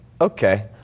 okay